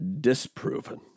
disproven